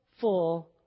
full